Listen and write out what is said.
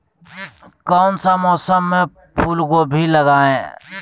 कौन सा मौसम में फूलगोभी लगाए?